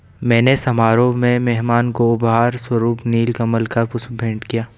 मैंने समारोह में मेहमान को उपहार स्वरुप नील कमल का पुष्प भेंट किया